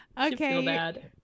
Okay